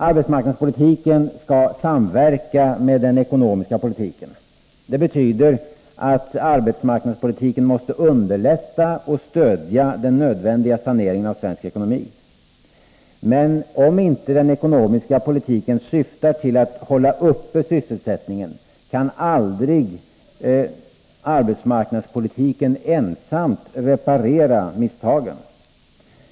Arbetsmarknadspolitiken skall samverka med den ekonomiska politiken. Det betyder att arbetsmarknadspolitiken måste underlätta och stödja den nödvändiga saneringen av svensk ekonomi. Men om inte den ekonomiska politiken syftar till att hålla uppe sysselsättningen kan aldrig arbetsmarknadspolitiken ensam reparera misstagen.